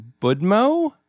budmo